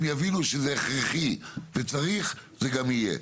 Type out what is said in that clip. אם יבינו שזה הכרחי וצריך, זה גם יהיה.